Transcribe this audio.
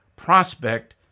Prospect